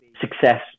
success